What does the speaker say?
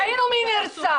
ראינו מי נרצח.